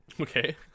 okay